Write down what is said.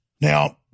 Now